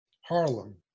Harlem